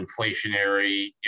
inflationary